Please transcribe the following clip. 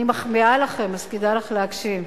אני מחמיאה לכם, אז כדאי לך להקשיב.